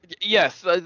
Yes